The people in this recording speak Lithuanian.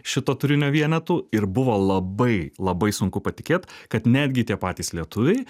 šito turinio vienetų ir buvo labai labai sunku patikėt kad netgi tie patys lietuviai